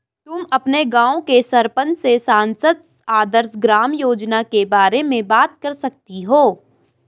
तुम अपने गाँव के सरपंच से सांसद आदर्श ग्राम योजना के बारे में बात कर सकती हो